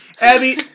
Abby